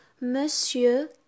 monsieur